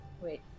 Wait